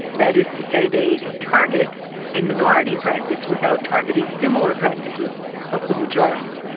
that is to say, they target a minority practice without targeting similar practices of the majority.